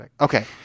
Okay